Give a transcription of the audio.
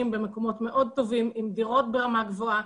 במקומות מאוד טובים עם דירות ברמה גבוהה,